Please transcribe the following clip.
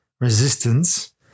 resistance